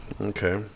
Okay